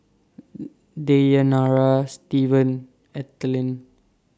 Deyanira Stevan Ethelyn